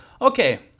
Okay